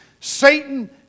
Satan